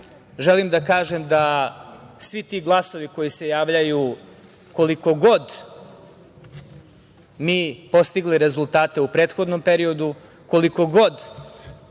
da kažem da svi ti glasovi koji se javljaju, koliko god mi postigli rezultate u prethodnom periodu, koliko god